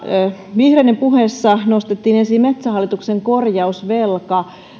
vihreiden puheessa nostettiin esiin metsähallituksen korjausvelka